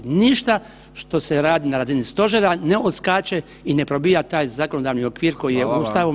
Ništa što se radi na razini Stožera ne odskače i ne probija taj zakonodavni okvir koji je Ustavom